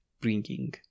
bringing